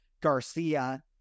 Garcia